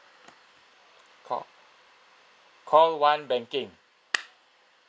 call call one banking